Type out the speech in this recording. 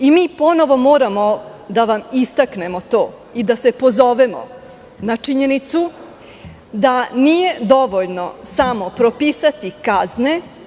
Mi ponovo moramo da vam istaknemo to i da se pozovemo na činjenicu da nije dovoljno samo propisati kazne.